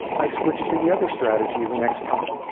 i switch to the other strategy the next time.